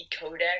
Kodak